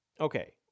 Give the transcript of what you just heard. Okay